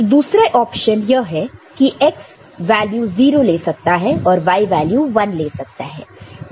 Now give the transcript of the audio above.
तो दूसरा ऑप्शन यह है कि x वैल्यू 0 ले सकता है और y वैल्यू 1 ले सकता है